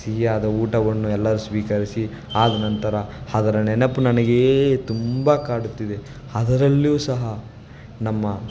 ಸಿಹಿಯಾದ ಊಟವನ್ನು ಎಲ್ಲರು ಸ್ವೀಕರಿಸಿ ಆದ ನಂತರ ಅದರ ನೆನಪು ನನಗೇ ತುಂಬ ಕಾಡುತ್ತಿದೆ ಅದರಲ್ಲೂ ಸಹ ನಮ್ಮ